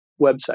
website